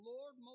Lord